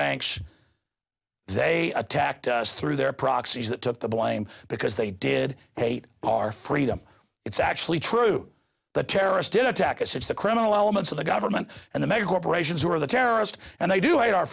banks they attacked us through their proxies that took the blame because they did hate our freedom it's actually true the terrorist did attack us it's the criminal elements of the government and the megacorporations who are the terrorist and they do hate our